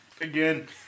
again